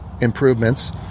improvements